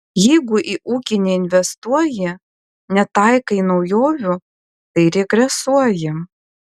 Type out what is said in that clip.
jeigu į ūkį neinvestuoji netaikai naujovių tai regresuoji